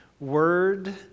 word